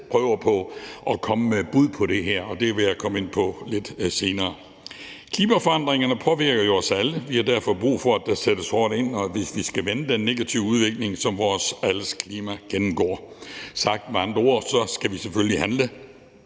prøver at komme med et bud på det, og det vil jeg komme ind på lidt senere. Klimaforandringerne påvirker jo os alle. Vi har derfor brug for, at der sættes hårdt ind over for det, hvis vi skal vende den negative udvikling, som vores alle sammens klima gennemgår. Sagt med andre ord skal vi selvfølgelig handle.